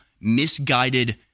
misguided